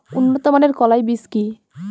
উন্নত মানের কলাই বীজ কি?